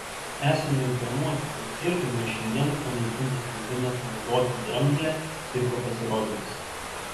esame informuoti kad cirkui nuo šiandien panaikintas leidimas naudoti dramblę cirko pasirodymuose